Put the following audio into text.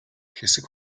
хэсэг